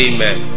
Amen